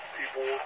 people